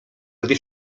gdy